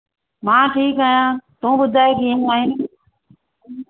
मां ठीकु आहियां तूं ॿुधाइ कीअं आहीं